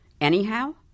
anyhow